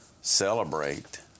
celebrate